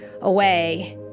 away